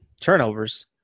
turnovers